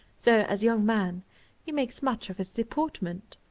so as young man he makes much of his deportment.